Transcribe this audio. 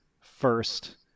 first